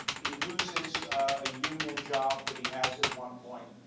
he loses a union job that he has at one point.